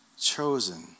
Chosen